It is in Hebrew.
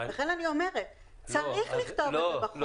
לכן אני אומרת, צריך לכתוב את זה בחוק.